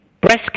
Breast